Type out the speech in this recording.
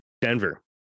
Denver